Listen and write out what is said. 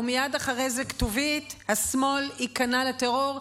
ומייד אחרי זה כתובית: השמאל ייכנע לטרור,